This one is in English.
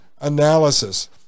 analysis